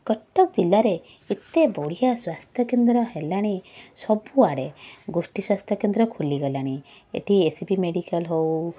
କଟକ ଜିଲ୍ଲାରେ ଏତେ ବଢ଼ିଆ ସ୍ବାସ୍ଥ୍ୟକେନ୍ଦ୍ର ହେଲାଣି ସବୁଆଡ଼େ ଗୋଷ୍ଠୀ ସ୍ବାସ୍ଥ୍ୟକେନ୍ଦ୍ର ଖୋଲି ଗଲାଣି ଏଇଠି ଏ ସି ବି ମେଡ଼ିକାଲ ହଉ